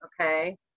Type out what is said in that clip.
okay